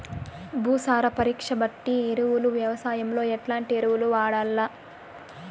భూసార పరీక్ష బట్టి ఎరువులు వ్యవసాయంలో ఎట్లాంటి ఎరువులు వాడల్ల?